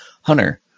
Hunter